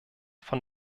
von